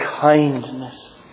kindness